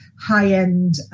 high-end